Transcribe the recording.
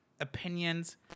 opinions